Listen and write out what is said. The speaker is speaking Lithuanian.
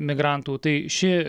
migrantų tai ši